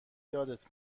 یادت